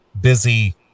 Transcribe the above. busy